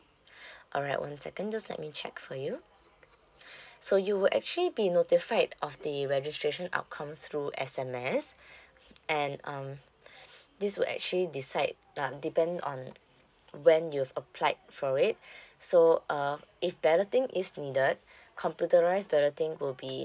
alright one second just let me check for you so you would actually be notified of the registration outcome through S_M_S and um this will actually decide uh depend on when you've applied for it so uh if balloting is needed computerize balloting will be